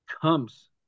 comes